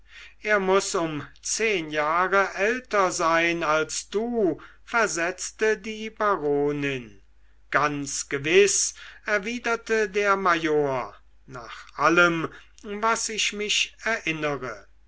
er muß um zehn jahre älter sein als du versetzte die baronin ganz gewiß erwiderte der major nach allem was ich mich erinnere